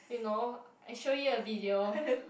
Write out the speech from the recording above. you know I show you a video